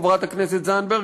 חברת הכנסת זנדברג,